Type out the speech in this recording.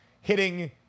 hitting